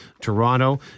Toronto